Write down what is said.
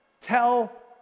tell